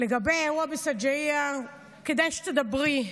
לגבי האירוע בשג'אעיה, כדאי שתדברי.